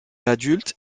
adulte